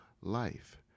life